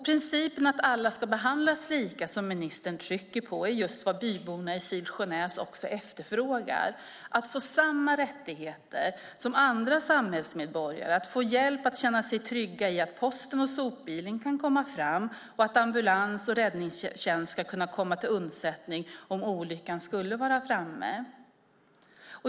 Principen att alla ska behandlas lika, som ministern trycker på, är just vad byborna i Silsjönäs också efterfrågar, att få samma rättigheter som andra samhällsmedborgare, att få hjälp att känna sig trygga genom att posten och sopbilen kan komma fram och att ambulans och räddningstjänst ska kunna komma till undsättning om olyckan skulle vara framme.